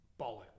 Bollocks